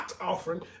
offering